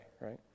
right